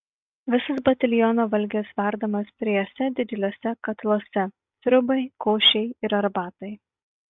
visas bataliono valgis verdamas trijuose didžiuliuose katiluose sriubai košei ir arbatai